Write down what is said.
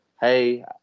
hey